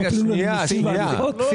אפילו לנימוסים והליכות?